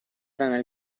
venne